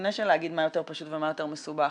לפני שלהגיד מה יותר פשוט ומה יותר מסובך.